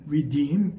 Redeem